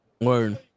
word